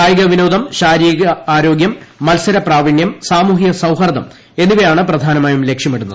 കായികവിനോദം ശാരീരിക ആരോഗ്യം മത്സരപ്രാവീണ്യം സാമൂഹിക സൌഹാർദ്ദം എന്നിവയാണ് പ്രധാനമായും ലക്ഷ്യമിടുന്നത്